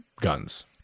guns